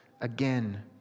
again